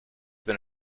been